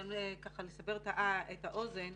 לסבר את האוזן,